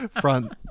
front